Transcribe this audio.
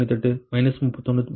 98 31